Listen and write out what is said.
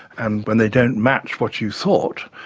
and when they don't match what you thought,